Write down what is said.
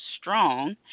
strong